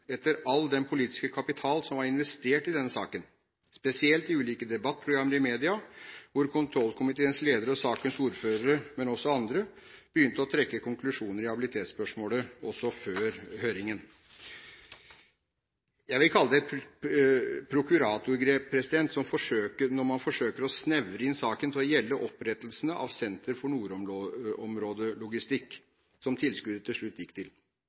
etter all den politiske kapital som var investert i denne saken, spesielt i ulike debattprogrammer i media, hvor kontrollkomiteens leder og sakens ordfører, men også andre, begynte å trekke konklusjoner når det gjaldt habilitetsspørsmålet – også før høringen. Jeg vil kalle det et prokuratorgrep, når man forsøker å snevre inn saken til å gjelde opprettelsen av Senter for nordområdelogistikk, som tilskuddet til slutt gikk til,